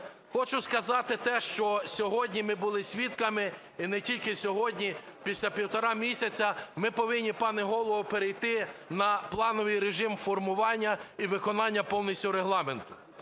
Хочу сказати те, що сьогодні ми були свідками, і не тільки сьогодні, після півтора місяця ми повинні, пане Голово, на плановий режим формування і виконання повністю Регламенту.